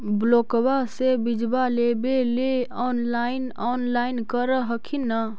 ब्लोक्बा से बिजबा लेबेले ऑनलाइन ऑनलाईन कर हखिन न?